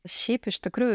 šiaip iš tikrųjų